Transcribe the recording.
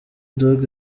dogg